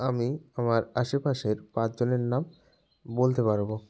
আমি আমার আশেপাশের পাঁচ জনের নাম বলতে পারবো